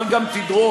אבל גם תדרוש,